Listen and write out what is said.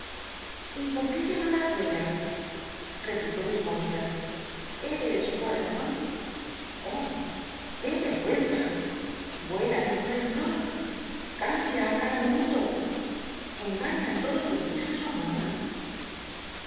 y por qué ya no la admira replicó miss mowcher es cor'l'cton oh qué vergüenza vuela de flor en flor cambia á cada minuto engaña l odos los di as ti su amor